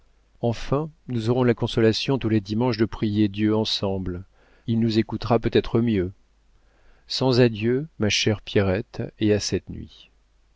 enfin nous aurons la consolation tous les dimanches de prier dieu ensemble il nous écoutera peut-être mieux sans adieu ma chère pierrette et à cette nuit